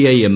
I M